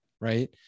Right